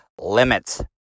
limits